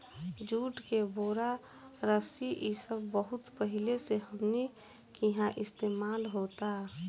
जुट के बोरा, रस्सी इ सब बहुत पहिले से हमनी किहा इस्तेमाल होता